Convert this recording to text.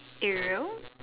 Ariel